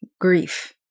Grief